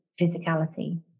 physicality